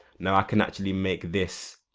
now i can actually make this